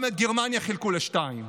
גם את גרמניה חילקו לשניים,